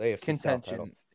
Contention